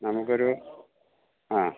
നമുക്കൊരു ആ